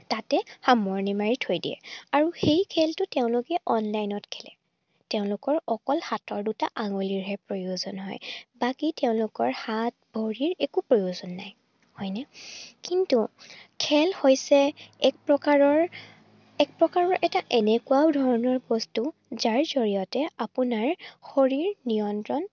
তাতে সামৰণি মাৰি থৈ দিয়ে আৰু সেই খেলটো তেওঁলোকে অনলাইনত খেলে তেওঁলোকৰ অকল হাতৰ দুটা আঙুলিৰহে প্ৰয়োজন হয় বাকী তেওঁলোকৰ হাত ভৰিৰ একো প্ৰয়োজন নাই হয়নে কিন্তু খেল হৈছে এক প্ৰকাৰৰ এক প্ৰকাৰৰ এটা এনেকুৱাও ধৰণৰ বস্তু যাৰ জৰিয়তে আপোনাৰ শৰীৰ নিয়ন্ত্ৰণ